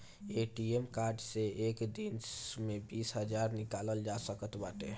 ATM card से एक दिन में बीस हजार निकालल जा सकत बाटे